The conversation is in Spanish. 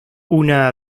una